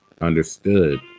understood